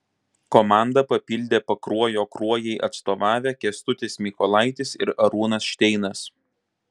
komanda papildė pakruojo kruojai atstovavę kęstutis mykolaitis ir arūnas šteinas